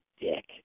dick